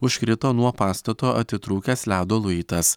užkrito nuo pastato atitrūkęs ledo luitas